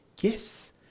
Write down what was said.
Yes